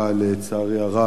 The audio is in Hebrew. לצערי הרב.